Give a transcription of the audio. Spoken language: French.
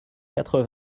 quatre